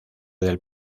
del